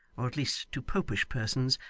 or at least to popish persons,